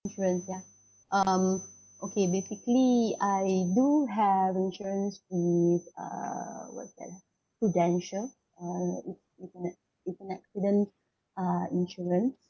difference ya um okay basically I do have insurance with uh what's that Prudential uh int~ internet internet hid~ uh insurance